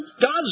God's